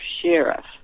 sheriff